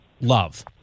love